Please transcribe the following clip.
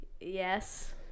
Yes